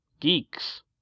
Geeks